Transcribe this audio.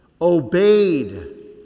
obeyed